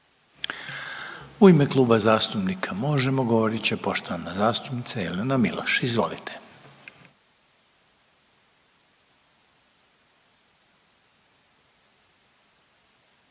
U ime Kluba zastupnika Možemo! govorit će poštovana zastupnica Jelena Miloš, izvolite.